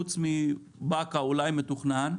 חוץ מבאקה אולי מתוכנן,